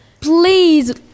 please